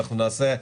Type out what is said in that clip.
הישיבה נעולה.